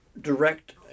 direct